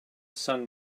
sun